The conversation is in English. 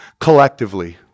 collectively